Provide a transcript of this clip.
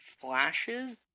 flashes